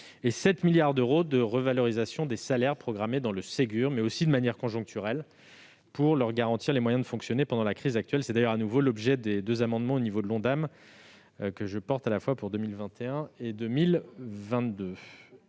et 7 milliards d'euros de revalorisation des salaires programmés dans le Ségur de la santé, mais aussi de manière conjoncturelle, pour leur garantir les moyens de fonctionner pendant la crise actuelle. C'est d'ailleurs l'objet des deux amendements de revalorisation de l'Ondam que je porte pour 2021 et 2022.